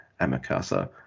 Amakasa